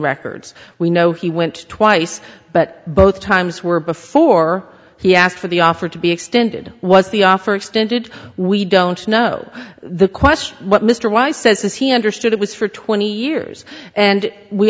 records we know he went twice but both times were before he asked for the offer to be extended was the offer extended we don't know the question what mr weiss says he understood it was for twenty years and we